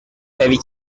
devi